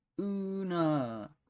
Una